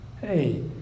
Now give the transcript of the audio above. hey